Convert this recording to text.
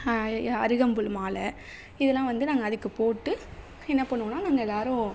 அருகம்புல் மாலை இதெல்லாம் வந்து நாங்கள் அதுக்குப் போட்டு என்ன பண்ணுவோன்னா நாங்கள் எல்லாரும்